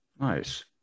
nice